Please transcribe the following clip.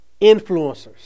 influencers